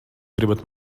gribat